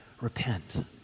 Repent